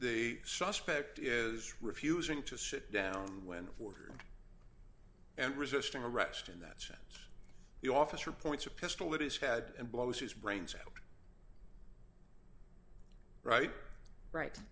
they suspect is refusing to sit down when ordered and resisting arrest in that sense the officer points a pistol at his head and blows his brains out right right